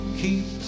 keep